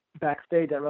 backstage